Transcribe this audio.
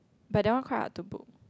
but that one quite hard to book